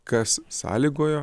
kas sąlygojo